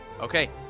Okay